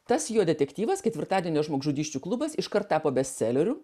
tas jo detektyvas ketvirtadienio žmogžudysčių klubas iškart tapo bestseleriu